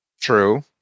true